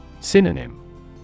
Synonym